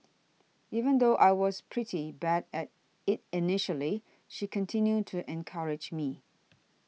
even though I was pretty bad at it initially she continued to encourage me